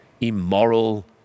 immoral